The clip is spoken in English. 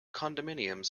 condominiums